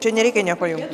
čia nereikia nieko jungt